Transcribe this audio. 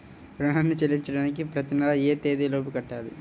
రుణాన్ని చెల్లించడానికి ప్రతి నెల ఏ తేదీ లోపు కట్టాలి?